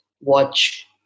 watch